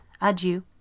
Adieu